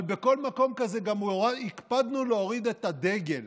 אבל בכל מקום כזה גם הקפדנו להוריד את הדגל.